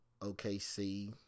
OKC